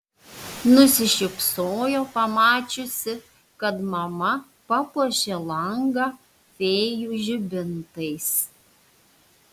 nusišypsojo pamačiusi kad mama papuošė langą fėjų žibintais